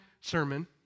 sermon